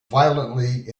violently